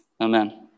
Amen